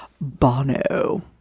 bono